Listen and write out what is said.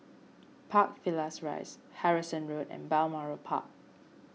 Park Villas Rise Harrison Road and Balmoral Park